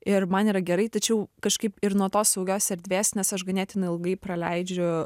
ir man yra gerai tačiau kažkaip ir nuo tos saugios erdvės nes aš ganėtinai ilgai praleidžiu